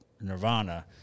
nirvana